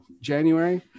January